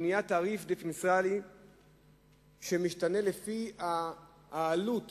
הוא נעשה תעריף דיפרנציאלי שמשתנה לפי העלות